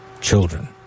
children